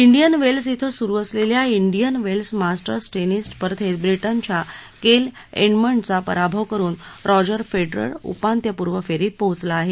ाडियन Wells धिं सुरु असलेल्या धिियन वेल्स मार्स्रिं धििस स्पर्धेत ब्रिडेच्या केल एडमंडचा पराभव करुन रॉजर फेडरर उपांत्यपूर्व फेरीत पोहोचला आहे